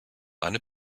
eine